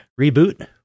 reboot